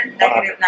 Negative